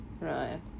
Right